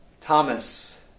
Thomas